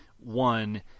One